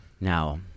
now